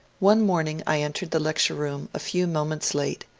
one morning i entered the lecture-room a few moments late,